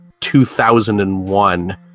2001